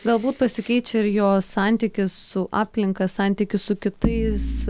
galbūt pasikeičia ir jo santykis su aplinka santykis su kitais